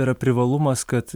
yra privalumas kad